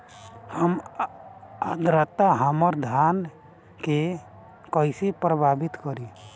कम आद्रता हमार धान के कइसे प्रभावित करी?